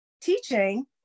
teaching